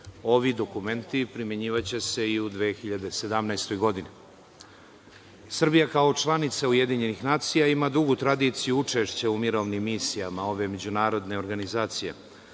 Ovi dokumenti primenjivaće se i u 2017. godini. Srbija kao članica UN ima dugu tradiciju učešća u mirovnim misijama, ove međunarodne organizacije,